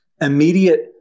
immediate